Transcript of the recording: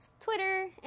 twitter